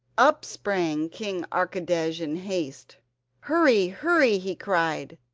up sprang king archidej in haste hurry, hurry he cried.